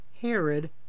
Herod